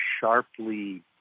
sharply